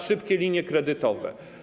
Szybkie linie kredytowe.